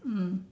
mm